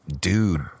dude